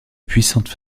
puissante